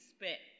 expect